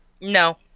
No